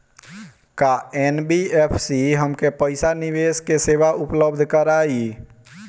का एन.बी.एफ.सी हमके पईसा निवेश के सेवा उपलब्ध कराई?